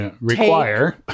require